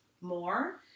more